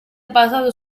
basato